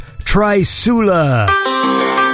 Trisula